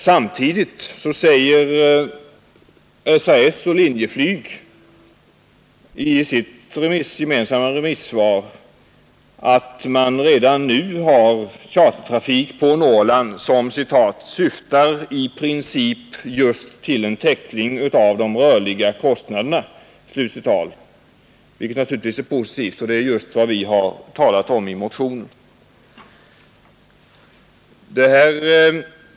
Samtidigt säger SAS och Linjeflyg i sitt gemensamma remissvar att man redan nu har chartertrafik till Norrland som ”syftar i princip just till en täckning av de rörliga kostnaderna”, vilket naturligtvis är positivt, och det är just vad vi har talat om i motionen.